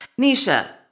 nisha